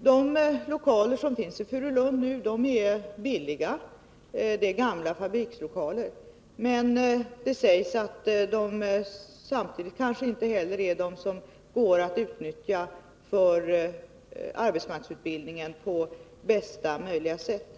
De lokaler som nu finns i Furulund — gamla fabrikslokaler — är billiga. Men enligt uppgift går de kanske inte att utnyttja på för arbetsmarknadsutbildningen bästa möjliga sätt.